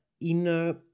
inner